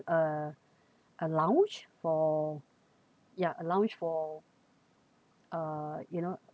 uh a lounge for ya a lounge for uh you know